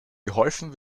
geholfen